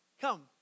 come